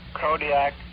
Kodiak